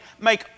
make